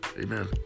Amen